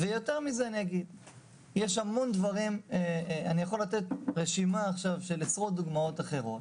אני אגיד יותר מזה: אני יכול לתת עכשיו רשימה של עשרות דוגמאות אחרות,